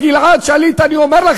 חברת הכנסת שלי יחימוביץ,